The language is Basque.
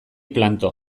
planto